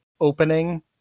opening